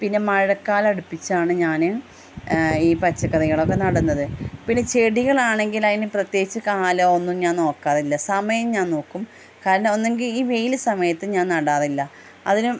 പിന്നെ മഴക്കാലം അടുപ്പിച്ചാണ് ഞാന് ഈ പച്ചക്കറികളൊക്കെ നടുന്നത് പിന്നെ ചെടികളാണെങ്കിൽ അതിന് പ്രത്യേകിച്ച് കാലം ഒന്നും ഞാൻ നോക്കാറില്ല സമയം ഞാൻ നോക്കും കാരണം ഒന്നുങ്കില് ഈ വെയില് സമയത്ത് ഞാൻ നടാറില്ല അതിന്